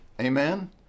amen